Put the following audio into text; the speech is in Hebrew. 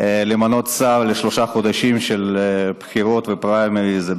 למנות שר לשלושה חודשים של בחירות ופריימריז.